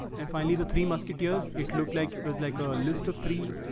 and finally the three musketeers, it looked like it was like a list of three.